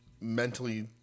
mentally